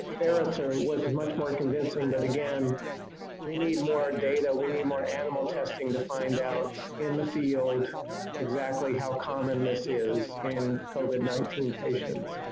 ferrets was much more convincing. but again we need more data. we need more animal testing to find out in the field exactly. how common this is in covid nineteen patients.